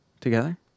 Together